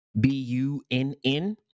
B-U-N-N